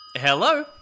Hello